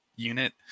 Unit